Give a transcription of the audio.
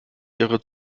ihre